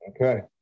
Okay